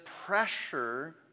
pressure